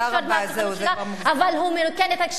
הוא מרוקן את התקשורת